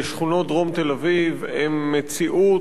הן מציאות חברתית קשה ואיומה.